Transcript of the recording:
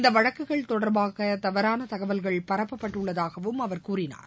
இந்தவழக்குகள் தொடர்பாகதவறானதகவல்கள் பரப்பப்பட்டுள்ளதாகவும் அவர் கூறினார்